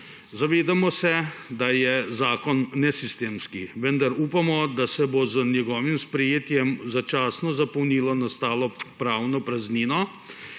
Zavedamo se, da je zakon nesistemski, vendar upamo, da se bo z njegovim sprejetjem začasno zapolnilo nastalo pravno praznino